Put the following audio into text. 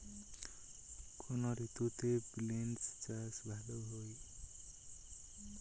কোন ঋতুতে বিন্স চাষ ভালো হয়?